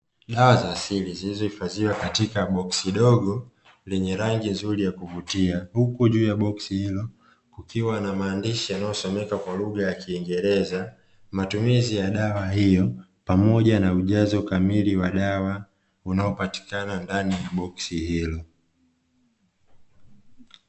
Dawa za asili zilizohifadhiwa katika boksi dogo, lenye rangi nzuri ya kuvutia, huku juu ya boksi hilo kukiwa na maandishi yanayosomeka kwa lugha ya kiingereza, matumizi ya dawa hiyo, pamoja na ujazo kamili wa dawa unaopatikana ndani ya boksi hili.